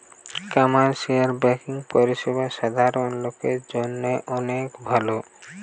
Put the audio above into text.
commercial banking পরিষেবা সাধারণ লোকের জন্য অনেক ভালো